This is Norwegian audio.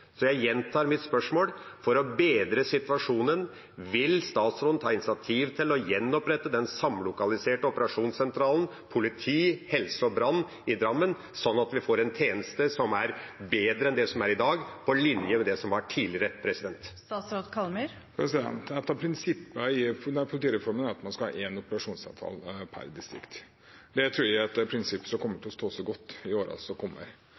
Så jeg gjentar mitt spørsmål: For å bedre situasjonen – vil statsråden ta initiativ til å gjenopprette den samlokaliserte operasjonssentralen for politi, helse og brann i Drammen, sånn at vi får en tjeneste som er bedre enn det som er i dag, på linje med det som var tidligere? Et av prinsippene i politireformen er at man skal ha én operasjonssentral per distrikt. Det tror jeg er et prinsipp som kommer til å stå seg godt i årene som kommer.